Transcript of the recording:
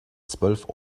zwölf